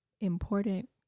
important